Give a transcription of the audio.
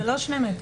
זה לא 2 מ"ר.